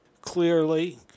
clearly